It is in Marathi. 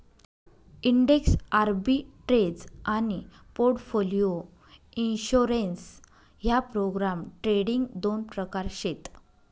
इंडेक्स आर्बिट्रेज आनी पोर्टफोलिओ इंश्योरेंस ह्या प्रोग्राम ट्रेडिंग दोन प्रकार शेत